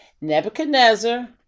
Nebuchadnezzar